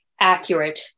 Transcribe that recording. accurate